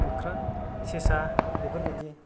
मोख्रा सेसा बेफोरबायदि